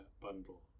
bundle